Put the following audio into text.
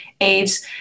aids